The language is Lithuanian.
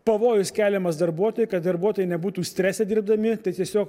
pavojus keliamas darbuotojui kad darbuotojai nebūtų strese dirbdami tai tiesiog